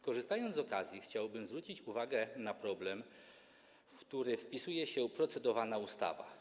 Korzystając z okazji, chciałbym zwrócić uwagę na problem, w który wpisuje się procedowana ustawa.